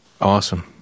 Awesome